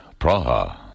Praha